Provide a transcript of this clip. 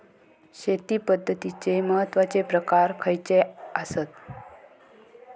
शेती पद्धतीचे महत्वाचे प्रकार खयचे आसत?